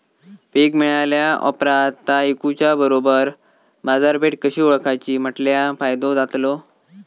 पीक मिळाल्या ऑप्रात ता इकुच्या बरोबर बाजारपेठ कशी ओळखाची म्हटल्या फायदो जातलो?